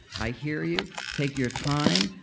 i hear you. take your time.